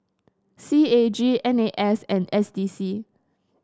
C A G N A and S D C